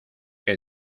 que